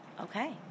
Okay